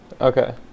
Okay